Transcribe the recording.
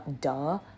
duh